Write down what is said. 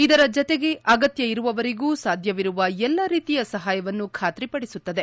ಇದರ ಜತೆಗೆ ಅಗತ್ತ ಇರುವವರಿಗೂ ಸಾಧ್ಯವಿರುವ ಎಲ್ಲಾ ರೀತಿಯ ಸಹಾಯವನ್ನು ಖಾತ್ರಿ ಪಡಿಸುತ್ತದೆ